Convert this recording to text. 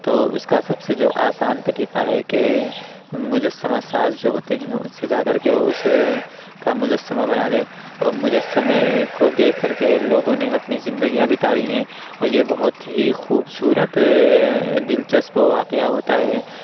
تو اس کا سب سے جو آسان طریقہ ہے کہ مجسمہ ساز جو ہوتے ہیں ان سے جا کر کے اس کا مجسمہ بنا دے اور مجسمے کو دیکھ کر کے لوگوں نے اپنی زندگیاں بتائی ہیں اور یہ بہت ہی خوبصورت دلچسپ واقعہ ہوتا ہے